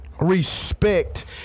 Respect